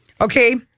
Okay